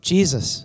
Jesus